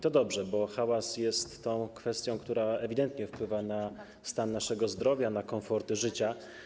To dobrze, bo hałas jest kwestią, która ewidentnie wpływa na stan naszego zdrowia, na komfort życia.